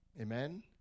Amen